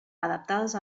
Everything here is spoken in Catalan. adaptades